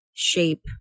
shape